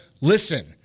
listen